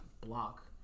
block